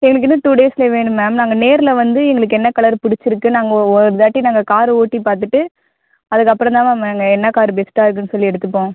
எனக்கு இன்னும் டூ டேஸ்ல வேணும் மேம் நாங்கள் நேர்ல வந்து எங்களுக்கு என்ன கலர் பிடிச்சிருக்கு நாங்கள் ஒருதாட்டி நாங்கள் கார் ஓட்டிப் பார்த்துட்டு அதுக்கப்புறந்தான் மேம் நாங்கள் என்ன கார் பெஸ்ட்டாக இருக்குதுன்னு சொல்லி எடுத்துப்போம்